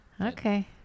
Okay